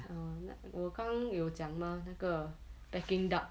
err 我刚刚有讲吗那个 peking duck